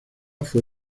fue